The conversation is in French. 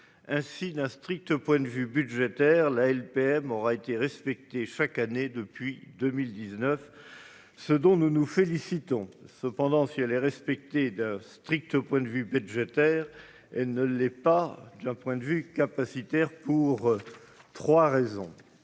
Ainsi, d'un strict point de vue budgétaire, la loi de programmation militaire (LPM) aura été respectée chaque année depuis 2019, ce dont nous nous félicitons. Cependant, si elle est respectée d'un point de vue budgétaire, elle ne l'est pas d'un point de vue capacitaire, pour trois raisons